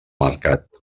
mercat